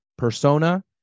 Persona